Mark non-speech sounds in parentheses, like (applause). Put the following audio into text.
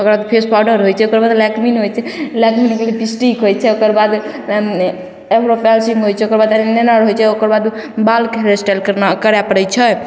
ओकरबाद face powder होइ छै ओकरबाद लैकमे होइ छै लैकमे होइ छै लिपस्टिक होइ छै ओकरबाद (unintelligible) होइ छै ओकरबाद (unintelligible) होइ छै ओकरबाद बालकेँ हेयर स्टाइल करना करय पड़य छै